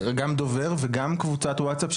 דובר וגם קבוצת ווטסאפ,